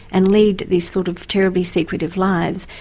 and lead these sort of terribly secretive lives,